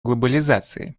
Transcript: глобализации